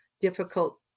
difficult